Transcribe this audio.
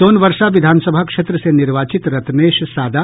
सोनवर्षा विधानसभा क्षेत्र से निर्वाचित रत्नेश सादा